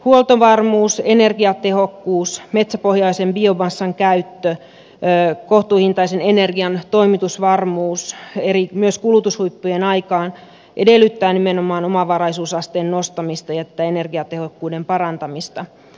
huoltovarmuus energiatehokkuus metsäpohjaisen biomassan käyttö kohtuuhintaisen energian toimitusvarmuus myös kulutushuippujen aikaan edellyttävät nimenomaan omavaraisuusasteen nostamista ja energiatehokkuuden parantamista